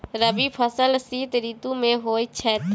रबी फसल शीत ऋतु मे होए छैथ?